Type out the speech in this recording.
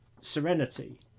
serenity